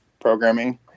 programming